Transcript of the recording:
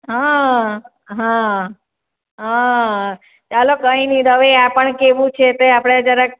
હં હં હં ચાલો કંઈ નહીં તો હવે ત્યાં પણ કેવું છે તે આપણે જરાક